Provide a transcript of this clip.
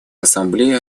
ассамблее